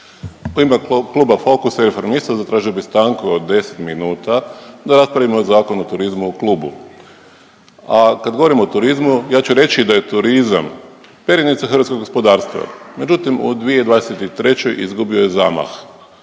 U ime kluba FOKUS-a i Reformista zatražio bih stanku od 10 minuta da raspravimo Zakon o turizmu u klubu, a kad govorim o turizmu ja ću reći da je turizam perjanica hrvatskog gospodarstva. Međutim u 2023. izgubio je zamah.